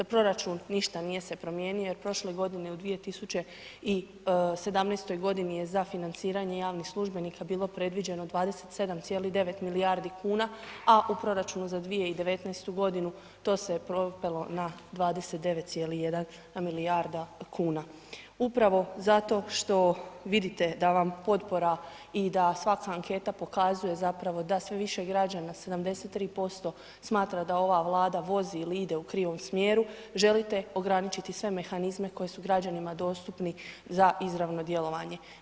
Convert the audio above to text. Proračun ništa nije se promijenio, prošle godine u 2017. godini je za financiranje javnih službenika bilo predviđeno 27,9 milijardi kuna, a u proračunu za 2019. godinu to se je popelo na 29,1 milijarda kuna upravo zato što vidite da vam potpora i da svaka anketa pokazuje zapravo da sve više građana, 73% smatra da ova Vlada vozi ili ide u krivom smjeru, želite ograničiti sve mehanizme koji su građanima dostupni za izravno djelovanje.